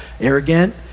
arrogant